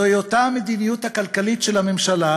זו אותה המדיניות הכלכלית של הממשלה,